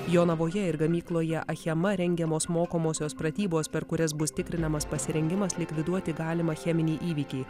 jonavoje ir gamykloje achema rengiamos mokomosios pratybos per kurias bus tikrinamas pasirengimas likviduoti galimą cheminį įvykį